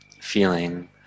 feeling